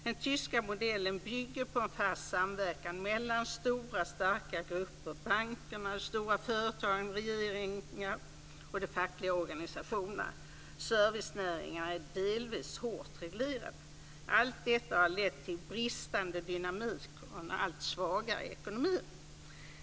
Den tyska modellen bygger på en fast samverkan mellan stora, starka grupper. Det är banker, stora företag, regeringar och de fackliga organisationerna. Servicenäringar är delvis hårt reglerade. Allt detta har lett till bristande dynamik och en allt svagare ekonomi.